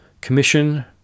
Commission